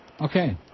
Okay